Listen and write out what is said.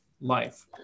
life